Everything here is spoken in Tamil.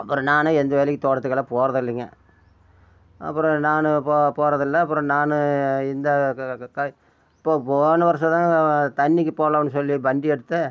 அப்புறம் நானே எந்த வேலைக்கும் தோட்டத்துக்கெலாம் போகிறதில்லைங்க அப்புறோம் நான் இப்போது போறதில்ல அப்புறோம் நான் இந்த க இப்போ போன வருஷம்தாங்க தண்ணிக்கி போலாம்னு சொல்லி வண்டி எடுத்தேன்